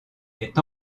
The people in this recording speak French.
est